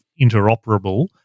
interoperable